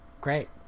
Great